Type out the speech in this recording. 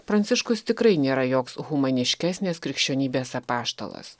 pranciškus tikrai nėra joks humaniškesnės krikščionybės apaštalas